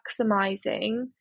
maximizing